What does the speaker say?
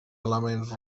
elements